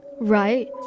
right